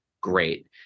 great